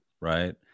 right